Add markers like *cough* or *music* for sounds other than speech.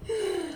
*breath*